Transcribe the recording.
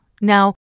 Now